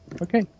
Okay